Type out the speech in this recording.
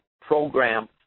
program